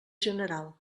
general